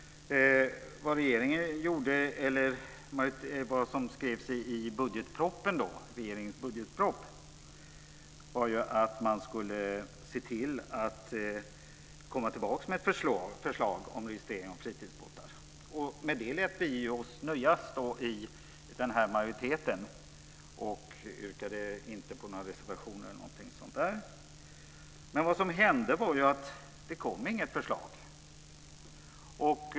I regeringens budgetproposition skrev man att man skulle se till att komma tillbaka med ett förslag om registrering av fritidsbåtar. Med det lät vi oss nöja i den här majoriteten, och yrkade inte på någon reservation. Men det kom inget förslag.